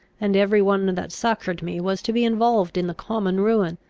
and every one that succoured me was to be involved in the common ruin.